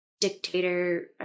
dictator